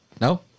No